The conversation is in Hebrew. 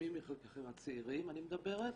הצעירים אני מדברת,